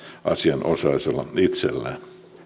asianosaisella itsellään